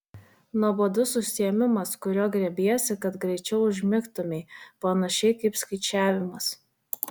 nuobodus užsiėmimas kurio griebiesi kad greičiau užmigtumei panašiai kaip skaičiavimas